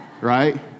Right